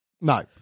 no